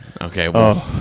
Okay